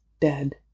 dead